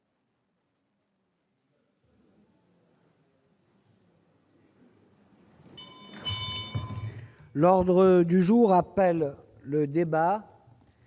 L'ordre du jour appelle le débat,